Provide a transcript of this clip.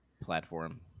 platform